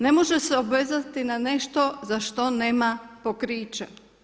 Ne može se obvezati za nešto za što nema pokrića.